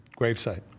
gravesite